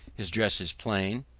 his dress is plain,